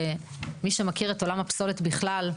שמי שמכיר את עולם הפסולת בכלל,